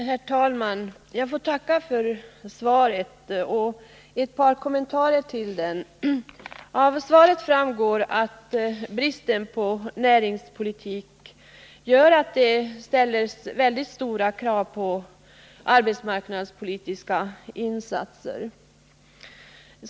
Herr talman! Jag vill tacka arbetsmarknadsministern för svaret och göra ett par kommentarer till detta. Av svaret framgår att bristen på näringspolitik gör att det ställs väldigt stora krav när det gäller arbetsmarknadspolitiska insatser.